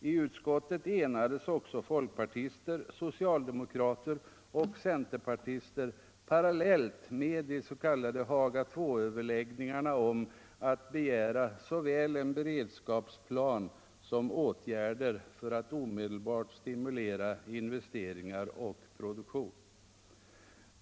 I utskottet enades också folkpartister, socialdemokrater och centerpartister — parallellt med de s.k. Haga Il-överläggningarna — om att begära såväl en beredskapsplan som åtgärder för att omedelbart stimulera investeringar och produktion.